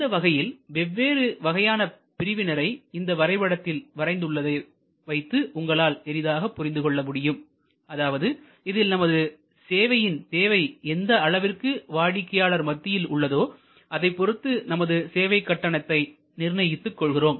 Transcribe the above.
இந்த வகையில் வெவ்வேறு வகையான பிரிவினரை இந்த வரைபடத்தில் வரைந்து உள்ளதை வைத்து உங்களால் எளிதாக புரிந்துகொள்ள முடியும் அதாவது இதில் நமது சேவையின் தேவை எந்த அளவிற்கு வாடிக்கையாளர் மத்தியில் உள்ளதோ அதைப் பொருத்து நமது சேவை கட்டணத்தை நிர்ணயித்துக் கொள்கிறோம்